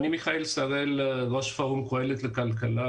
אני ראש פורום קהלת לכלכלה.